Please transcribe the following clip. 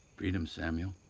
freedom, samuel.